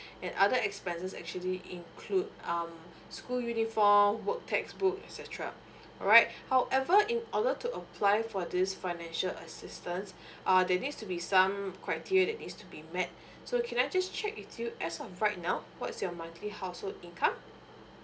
and other expenses actually include um school uniform work textbook etcetera alright however in order to apply for this financial assistance uh they needs to be some criteria that needs to be met so can I just check with you as of right now what is your monthly household income